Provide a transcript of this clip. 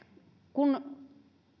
kun